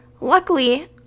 luckily